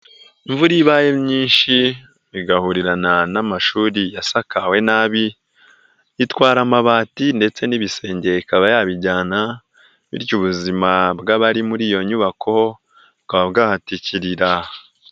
Imvura ibayeyinshi bigahurirana n'amashuri yasakawe nabi, itwara amabati ndetse n'ibisenge ikaba yabijyana bityo ubuzima bw'abari muri iyo nyubako, bukaba bwahatikirira.